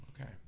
Okay